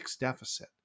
deficit